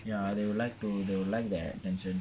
ya they will like to they will like the attention